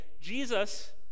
Jesus